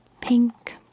pink